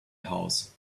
house